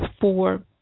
four